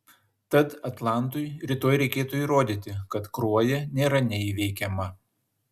tad atlantui rytoj reikėtų įrodyti kad kruoja nėra neįveikiama